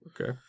okay